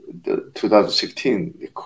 2016